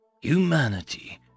Humanity